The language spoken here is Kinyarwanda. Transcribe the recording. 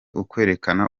ukwerekana